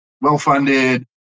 well-funded